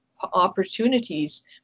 opportunities